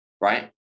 right